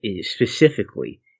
specifically